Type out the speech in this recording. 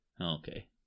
Okay